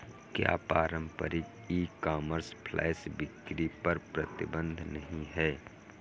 क्या पारंपरिक e commerce flash बिक्री पर प्रतिबंध नहीं है?